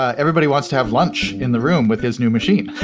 ah everybody wants to have lunch in the room with his new machine.